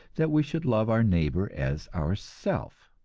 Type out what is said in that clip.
that we should love our neighbor as ourself.